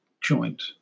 joint